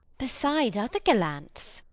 beside other gallants.